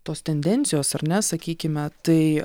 tos tendencijos ar ne sakykime tai